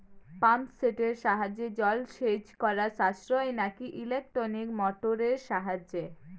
Pump সেটের সাহায্যে জলসেচ করা সাশ্রয় নাকি ইলেকট্রনিক মোটরের সাহায্যে?